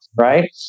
Right